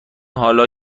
حالا